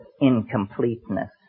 incompleteness